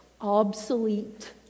obsolete